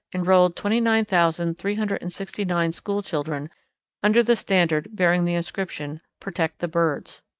enrolled twenty nine thousand three hundred and sixty nine school children under the standard bearing the inscription protect the birds.